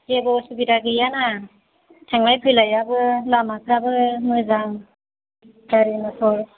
जेबो उसुबिदा गैया ना थांलाय फैलायाबो लामाफ्राबो मोजां गारि मथर